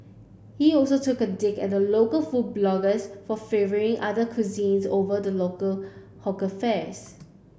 he also took a dig at local food bloggers for favouring other cuisines over the local hawker fare